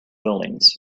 buildings